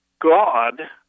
God